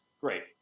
great